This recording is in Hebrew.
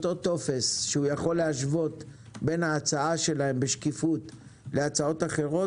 טופס שהוא יכול להשוות בין ההצעה שלהם בשקיפות להצעות אחרות,